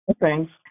Thanks